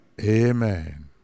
Amen